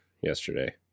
yesterday